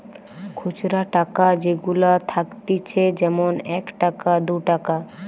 খুচরা টাকা যেগুলা থাকতিছে যেমন এক টাকা, দু টাকা